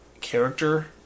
character